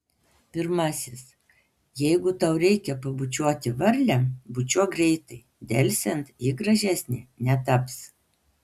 pirmasis jeigu tau reikia pabučiuoti varlę bučiuok greitai delsiant ji gražesnė netaps